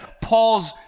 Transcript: Paul's